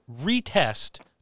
retest